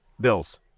bills